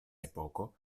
epoko